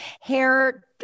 hair